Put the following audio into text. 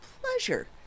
pleasure